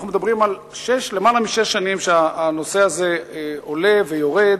אנחנו מדברים על כך שלמעלה משש שנים הנושא הזה עולה ויורד,